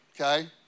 okay